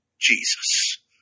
Jesus